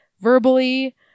verbally